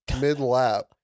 mid-lap